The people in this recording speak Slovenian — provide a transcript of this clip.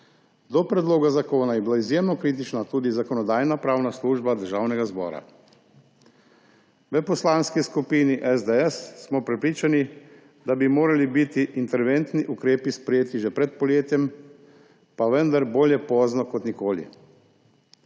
Do predloga zakona je bila izjemno kritična tudi Zakonodajno-pravna služba Državnega zbora. V Poslanski skupini SDS smo prepričani, da bi morali biti interventni ukrepi sprejeti že pred poletjem, pa vendar bolje pozno kot nikoli.